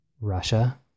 Russia